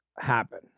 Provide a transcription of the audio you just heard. happen